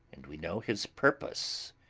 and we know his purpose.